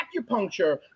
acupuncture